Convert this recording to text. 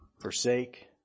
forsake